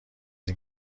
این